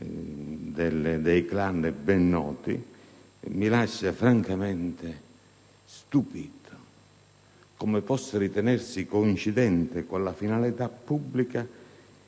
dei clan ben noti. Mi lascia francamente stupito come possa ritenersi coincidente con la finalità pubblica